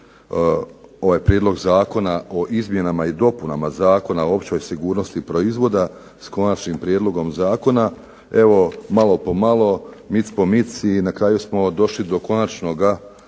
ovaj Prijedlog zakona o izmjenama i dopunama Zakona o općoj sigurnosti proizvoda s KOnačnim prijedlogom zakona. Evo malo po malo, mic po mic i na kraju smo došli do konačno